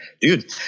dude